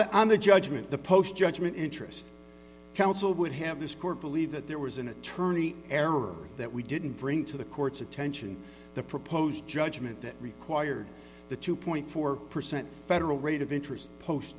i'm the judgment the post judgment interest counsel would have this court believe that there was an attorney error that we didn't bring to the court's attention the proposed judgment that required the two four percent federal rate of interest post